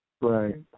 Right